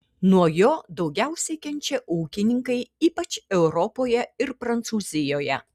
nuo jo daugiausiai kenčia ūkininkai ypač europoje ir prancūzijoje